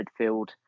midfield